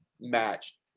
match